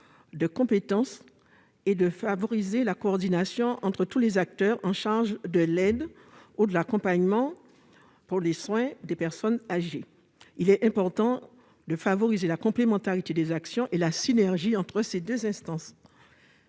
de compétences et de favoriser la coordination entre tous les acteurs en charge de l'aide, de l'accompagnement ou du soin des personnes âgées. Il est important de favoriser la complémentarité des actions et la synergie entre ces deux instances.